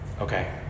Okay